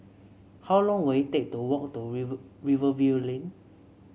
how long will it take to walk to Rivervale Lane